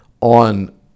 on